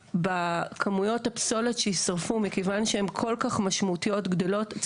בכמויות הפסולת שיישרפו מכיוון שהם כל כך משמעותיות גדלות,